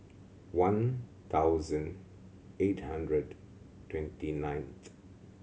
one thousand eight hundred twenty ninth